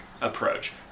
approach